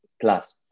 class